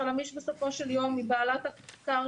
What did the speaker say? חלמיש בסופו של יום היא בעלת הקרקע.